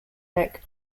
neck